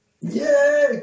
Yay